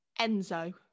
Enzo